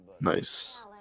Nice